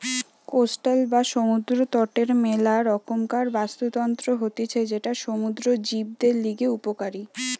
coastal বা সমুদ্র তটের মেলা রকমকার বাস্তুতন্ত্র হতিছে যেটা সমুদ্র জীবদের লিগে উপকারী